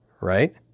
right